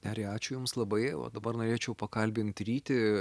nerija ačiū jums labai o dabar norėčiau pakalbint rytį